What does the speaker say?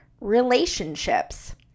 relationships